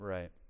Right